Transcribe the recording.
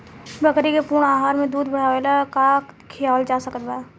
बकरी के पूर्ण आहार में दूध बढ़ावेला का खिआवल जा सकत बा?